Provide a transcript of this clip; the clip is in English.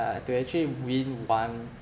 uh to actually win one